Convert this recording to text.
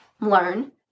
Learn